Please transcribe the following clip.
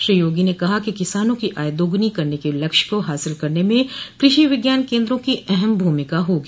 श्री योगी ने कहा कि किसानों की आय दोगुनी करने के लक्ष्य को हासिल करने में कृषि विज्ञान केन्द्रों की अहम भूमिका होगी